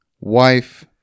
Wife